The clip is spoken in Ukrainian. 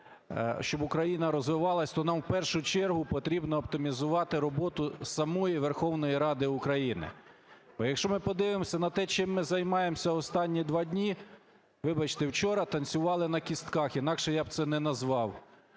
щоб Україна розвивалась, то нам, в першу чергу, потрібно оптимізувати роботу самої Верховної Ради України. Бо якщо ми подивимося на те, чим ми займаємося останні два дні… Вибачте, вчора танцювали на кістках, інакше я б це не назвав.